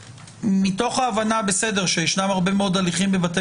מתוך ההבנה שיש הרבה מאוד הליכים בבתי